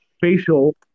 facial